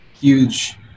Huge